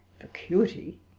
vacuity